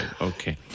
Okay